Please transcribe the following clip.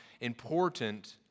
important